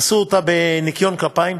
עשו אותה בניקיון כפיים,